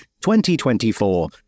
2024